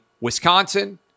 Wisconsin